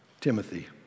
Timothy